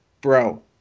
bro